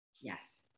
Yes